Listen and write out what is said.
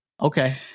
Okay